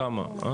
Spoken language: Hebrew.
כמה?